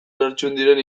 lertxundiren